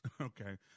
Okay